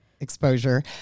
Exposure